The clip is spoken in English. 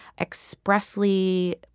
expressly